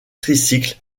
tricycle